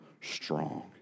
strong